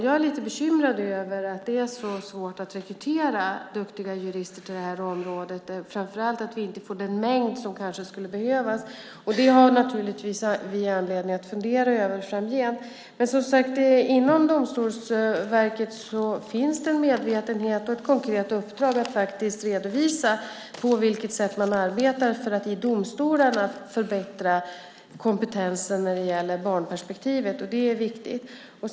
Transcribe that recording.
Jag är lite bekymrad över att det är så svårt att rekrytera duktiga jurister till detta område, och framför allt att vi inte får den mängd som kanske skulle behövas. Det har vi naturligtvis anledning att fundera över framgent. Inom Domstolsverket finns det, som sagt, en medvetenhet och ett konkret uppdrag att faktiskt redovisa på vilket sätt man arbetar för att i domstolarna förbättra kompetensen när det gäller barnperspektivet. Det är viktigt.